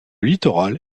littoral